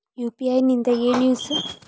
UPI ದಿಂದ ಏನು use?